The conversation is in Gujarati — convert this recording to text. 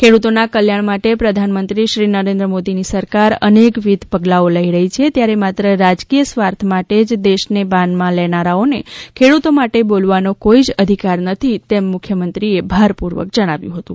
ખેડૂતોના કલ્યાણ માટે પ્રધાનમંત્રી શ્રી નરેન્દ્ર મોદીની સરકાર અનેકવિધ પગલાઓ લઇ રહી છે ત્યારે માત્ર રાજકીય સ્વાર્થ માટે જ દેશને બાનમાં લેનારાઓને ખેડૂતો માટે બોલવાનો કોઈ જ અધિકાર નથી તેમ મુખ્યમંત્રીએ ભારપૂર્વક જણાવ્યું હતું